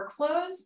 workflows